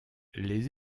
les